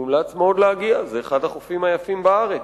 מומלץ מאוד להגיע, הוא אחד החופים היפים בארץ.